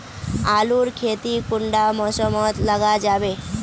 आलूर खेती कुंडा मौसम मोत लगा जाबे?